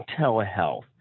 telehealth